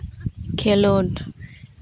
ᱠᱷᱮᱞᱳᱰ